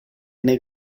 nel